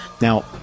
now